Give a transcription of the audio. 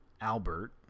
Albert